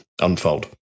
unfold